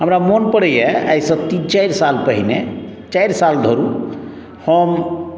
हमरा मोन पड़ैे आइसँ तीन चारि साल पहिने चारि साल धरू हम